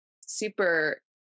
super